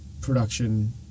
Production